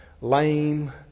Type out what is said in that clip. lame